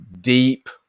deep